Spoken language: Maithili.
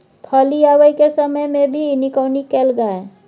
फली आबय के समय मे भी निकौनी कैल गाय?